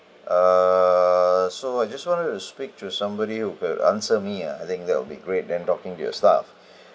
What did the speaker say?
err so I just want here to speak to the somebody who could answer me ah I think that'll be great than talking to your staff